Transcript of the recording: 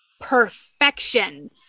perfection